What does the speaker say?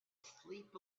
sleep